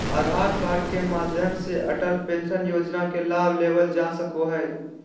आधार card के माध्यम से अटल पेंशन योजना के लाभ लेवल जा सको हय